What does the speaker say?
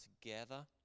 together